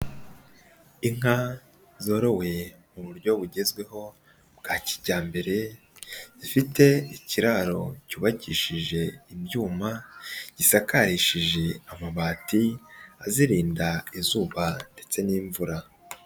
Inka zorowe mu buryo bugezweho bwa kijyambere, zifite ikiraro cyubakishije ibyuma, gisakarishije amabati, azirinda izuba ndetse n'imvura.